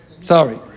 sorry